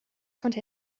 konnte